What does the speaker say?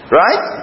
right